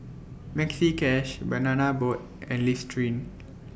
Maxi Cash Banana Boat and Listerine